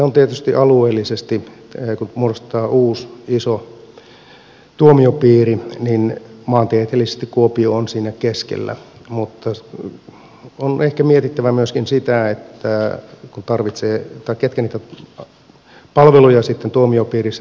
on tietysti alueellisesti niin että kun muodostetaan uusi iso tuomiopiiri maantieteellisesti kuopio on siinä keskellä mutta on ehkä mietittävä myöskin sitä ketkä niitä palveluja sitten tuomiopiirissä tarvitsevat